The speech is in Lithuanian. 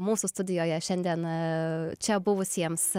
mūsų studijoje šiandieną čia buvusiems